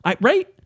Right